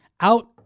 out